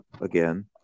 again